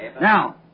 Now